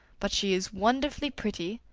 but she is wonderfully pretty,